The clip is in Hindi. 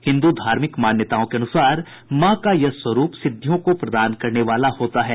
हिन्दू धार्मिक मान्यताओं के अनुसार माँ का यह स्वरूप सिद्धियों को प्रदान करने वाला होता है